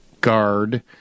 guard